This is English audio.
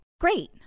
Great